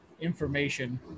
information